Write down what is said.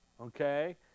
Okay